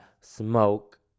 Smoke